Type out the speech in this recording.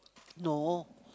no